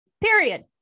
period